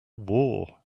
war